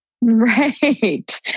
Right